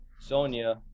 Sonia